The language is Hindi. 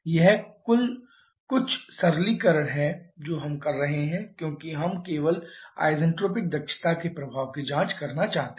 यह कुछ सरलीकरण है जो हम कर रहे हैं क्योंकि हम केवल आइन्ट्रोपिक दक्षता के प्रभाव की जांच करना चाहते हैं